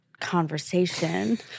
conversation